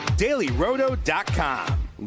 dailyroto.com